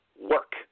work